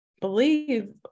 believe